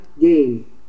game